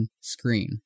screen